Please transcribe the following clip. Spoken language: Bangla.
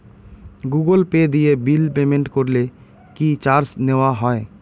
গুগল পে দিয়ে বিল পেমেন্ট করলে কি চার্জ নেওয়া হয়?